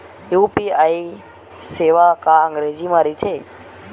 UPI सेवा का अंग्रेजी मा रहीथे?